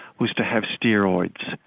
was to have steroids.